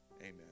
amen